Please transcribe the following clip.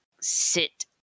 sit